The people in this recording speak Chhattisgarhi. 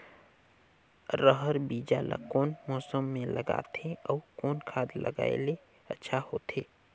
रहर बीजा ला कौन मौसम मे लगाथे अउ कौन खाद लगायेले अच्छा होथे?